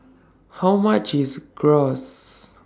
How much IS Gyros